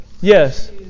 Yes